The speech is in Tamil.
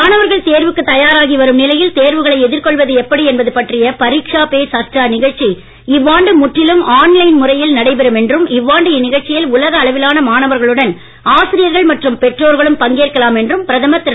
மாணவர்கள் தேர்வுக்கு தயாராகி வரும் நிலையில் தேர்வுகளை எதிர்கொள்வது எப்படி என்பது பற்றிய பரிக்ஷா பே சர்ச்சா நிகழ்ச்சி இவ்வாண்டு முற்றிலும் ஆன்லைன் முறையில் நடைபெறும் என்றும் இவ்வாண்டு இந்நிகழ்ச்சியில் உலக அளவிலான மாணவர்களுடன் ஆசிரியர்கள் மற்றும் பெற்றோர்களும் பங்கேற்கலாம் என்றும் பிரதமர் திரு